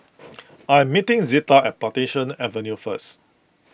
I am meeting Zita at Plantation Avenue first